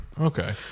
Okay